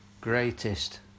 Greatest